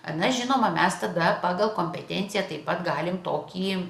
na žinoma mes tada pagal kompetenciją taip pat galim tokį